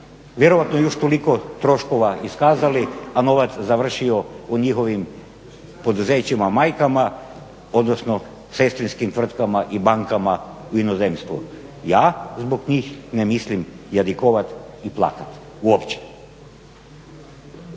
vjerojatno još toliko troškova iskazali, a novac završio u njihovim poduzećima majkama odnosno sestrinskim tvrtkama i bankama u inozemstvu. Ja zbog njih ne mislim jadikovati i plakati uopće.